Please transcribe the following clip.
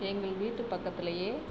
எங்கள் வீட்டு பக்கத்திலேயே